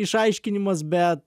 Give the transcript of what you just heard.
išaiškinimas bet